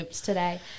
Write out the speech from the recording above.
today